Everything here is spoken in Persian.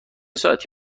ساعتی